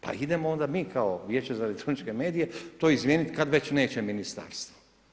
Pa idemo onda mi kao Vijeće za elektroničke medije, to izmijeniti, kada već neće ministarstvo.